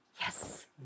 Yes